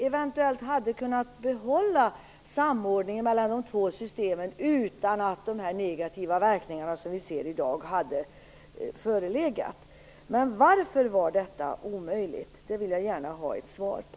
Eventuellt hade vi kunnat behålla samordningen mellan de två systemen utan att de negativa verkningar som vi ser i dag hade förelegat. Men varför var detta omöjligt? Det vill jag gärna ha ett svar på.